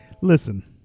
Listen